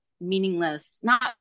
meaningless—not